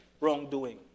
wrongdoing